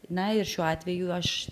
na ir šiuo atveju aš